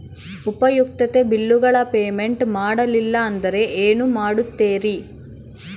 ಉಪಯುಕ್ತತೆ ಬಿಲ್ಲುಗಳ ಪೇಮೆಂಟ್ ಮಾಡಲಿಲ್ಲ ಅಂದರೆ ಏನು ಮಾಡುತ್ತೇರಿ?